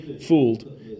fooled